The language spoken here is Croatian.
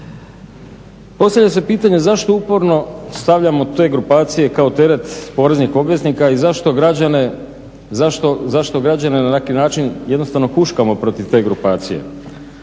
Postavlja se pitanje zašto uporno stavljamo te grupacije kao teret poreznih obveznika i zašto građane na neki način jednostavno huškamo protiv te grupacije?